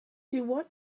what